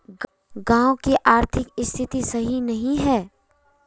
गाँव की आर्थिक स्थिति सही नहीं है?